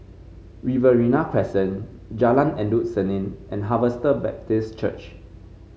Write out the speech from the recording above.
Riverina Crescent Jalan Endut Senin and Harvester Baptist Church